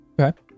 Okay